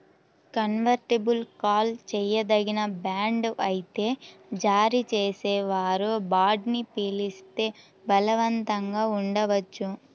convertible call చేయదగిన bond అయితే జారీ చేసేవారు బాండ్ని పిలిస్తే బలవంతంగా ఉండవచ్చు